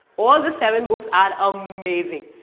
all the seven books are amazing.